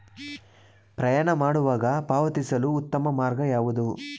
ಪ್ರಯಾಣ ಮಾಡುವಾಗ ಪಾವತಿಸಲು ಉತ್ತಮ ಮಾರ್ಗ ಯಾವುದು?